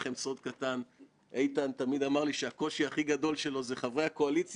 אני מקווה שעדיין תישאר באופוזיציה ולא במקום אחר